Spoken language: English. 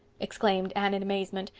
exclaimed anne in amazement.